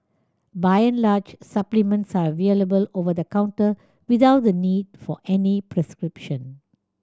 by and large supplements are available over the counter without a need for any prescription